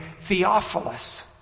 Theophilus